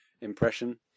impression